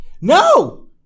No